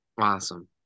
Awesome